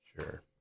Sure